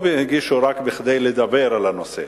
הם לא הגישו רק כדי לדבר על הנושא,